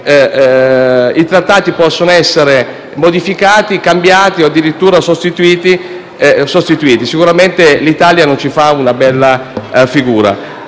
i trattati possano essere modificati o addirittura sostituiti. Sicuramente l'Italia non ci fa una bella figura.